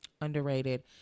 underrated